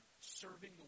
serving